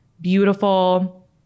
beautiful